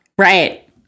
Right